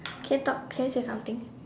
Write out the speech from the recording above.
can you talk can you say something